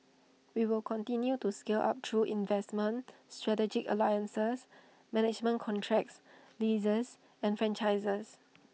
we will continue to scale up through investments strategic alliances management contracts leases and franchises